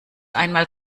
einmal